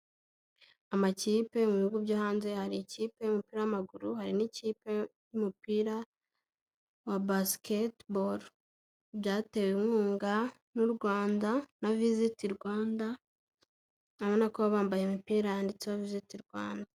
Amakipe mu bihugu byo hanze hari ikipe y'umupira w'amaguru hari n'ikipe y'umupira wa basiketibolo byatewe inkunga n'u Rwanda na viziti Rwanda urabona ko bambaye imipira yanditseho viziti Rwanda.